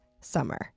summer